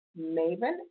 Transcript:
maven